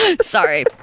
Sorry